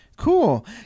Cool